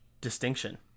distinction